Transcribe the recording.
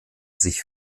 sich